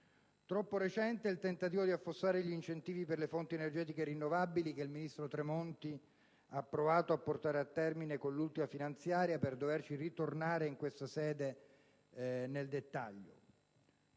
Troppo recente è il tentativo di affossare gli incentivi per le fonti energetiche rinnovabili che il ministro Tremonti ha provato a portare a termine con l'ultima finanziaria per doverci ritornare in questa sede nel dettaglio.